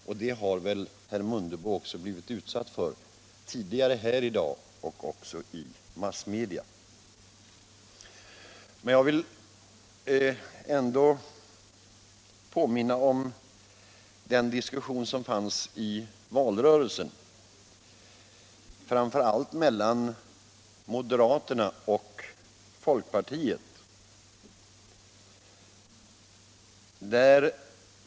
Och det har väl herr Mundebo blivit utsatt för tidigare här i dag och även i massmedia. Men jag vill ändå påminna om den diskussion som fördes i valrörelsen, framför allt mellan moderaterna och folkpartiet.